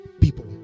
people